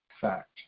fact